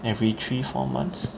every three four months